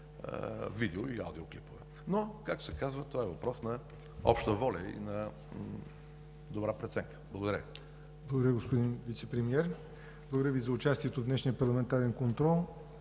видео- и аудио клипове. Но, както се казва, това е въпрос на обща воля и на добра преценка. Благодаря Ви. ПРЕДСЕДАТЕЛ ЯВОР НОТЕВ: Благодаря, господин Вицепремиер. Благодаря Ви за участието в днешния парламентарен контрол.